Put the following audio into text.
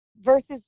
versus